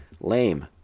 Lame